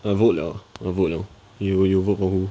I vote liao I vote liao you you vote for who